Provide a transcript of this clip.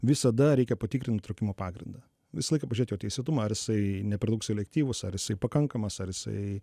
visada reikia patikrint nutraukimo pagrindą visą laiką pažiūrėt jo teisėtumą ar jisai ne per daug selektyvus ar jisai pakankamas ar jisai